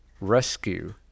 rescue